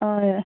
हय अ